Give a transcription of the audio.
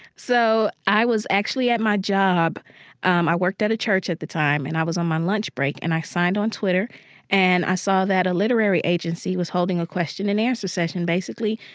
so i was actually at my job um i worked at a church at the time and i was on my lunch break and i signed on twitter and i saw that a literary agency was holding a question and answer session. basically,